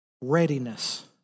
readiness